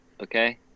Okay